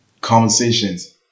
conversations